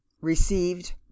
Received